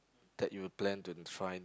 that you plan to try